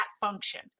function